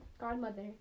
Godmother